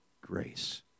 grace